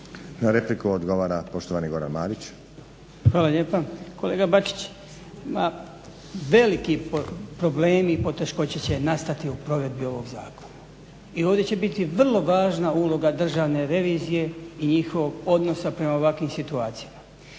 Na repliku odgovara poštovani Goran Marić. **Marić, Goran (HDZ)** Hvala lijepo. Kolega Bačić, ma veliki problemi i poteškoće će nastati u provedbi ovog zakona i ovdje će biti vrlo važna uloga državne revizije i njihovog odnosa prema ovakvim situacijama.